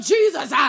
Jesus